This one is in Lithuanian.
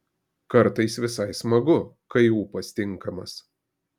kartais visai smagu kai ūpas tinkamas